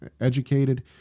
educated